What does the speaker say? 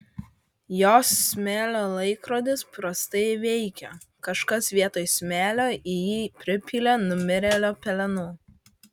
jos smėlio laikrodis prastai veikia kažkas vietoj smėlio į jį pripylė numirėlio pelenų